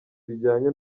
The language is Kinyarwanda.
bijyanye